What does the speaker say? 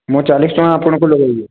ମୁଁ ଚାଳିଶ ଟଙ୍କା ଆପଣାଙ୍କୁ ଲଗେଇବି